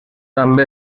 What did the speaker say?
també